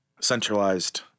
centralized